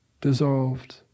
dissolved